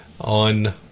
on